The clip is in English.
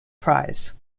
prize